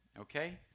okay